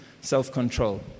self-control